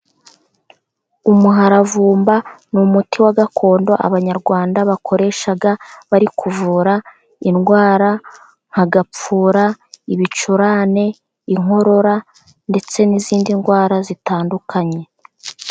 Umuharavumba ni umuti wa gakondo, Abanyarwanda bakoresha bari kuvura indwara nka gapfura, ibicurane, inkorora ndetse n'izindi ndwara zitandukanye.